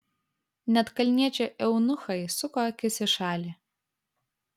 net kalniečiai eunuchai suko akis į šalį